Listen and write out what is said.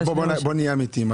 בואי נהיה אמיתיים.